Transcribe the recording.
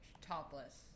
topless